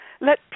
let